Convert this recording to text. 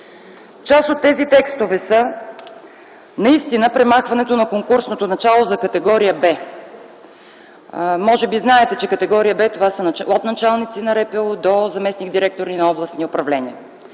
Част от тези текстове са наистина премахването на конкурсното начало за категория Б. Може би знаете, че категория Б са от началници на РПУ до заместник-директори на областни управления